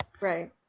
Right